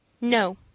No